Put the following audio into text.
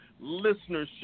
Listenership